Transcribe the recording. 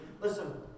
Listen